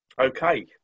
Okay